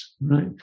right